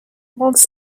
wants